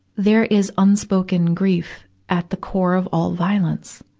there is unspoken grief at the core of all violence.